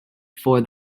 for